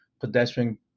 pedestrian